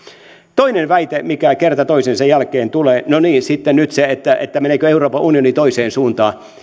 toinen väite mikä kerta toisensa jälkeen tulee no niin sitten nyt se meneekö euroopan unioni toiseen suuntaan